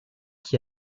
qui